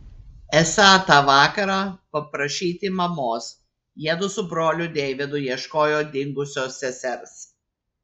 esą tą vakarą paprašyti mamos jiedu su broliu deividu ieškojo dingusios sesers